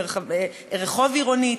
רחוב עירוני,